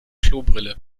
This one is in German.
klobrille